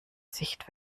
sicht